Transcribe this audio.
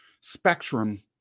spectrum